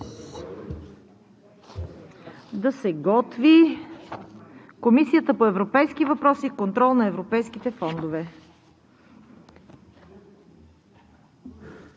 Доклад на Комисията по европейските въпроси и контрол на европейските фондове